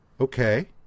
Okay